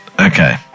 Okay